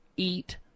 Eat